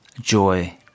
joy